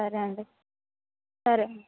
సరే అండి సరే